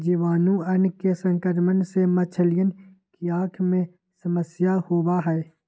जीवाणुअन के संक्रमण से मछलियन के आँख में समस्या होबा हई